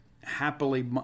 happily